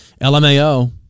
LMAO